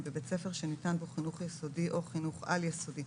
בבית ספר שניתן בו חינוך יסודי או חינוך על-יסודי